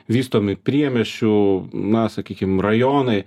vystomi priemiesčių na sakykim rajonai